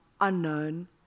unknown